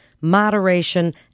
moderation